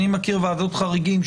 אני מכיר ועדות חריגים,